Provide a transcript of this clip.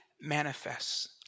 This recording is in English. manifests